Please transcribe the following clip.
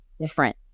different